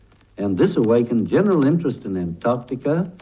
and this awakened general interest in antarctica,